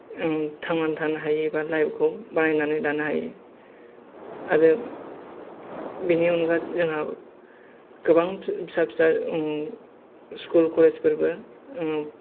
ओ थांनानै थानो हायो एबा लाइफखौ बानायनानै लानो हायो आरो बिनि अनगा जोंहा गोबां फिसा फिसा ओ स्कुल कलेजफोरबो ओ